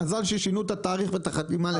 מזל ששינו את התאריך והחתימה למטה,